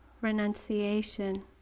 renunciation